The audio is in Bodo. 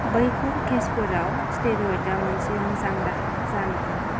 बैफोर केसफोराव स्टेरयडआ मोनसे मोजां राहा जानो हागौ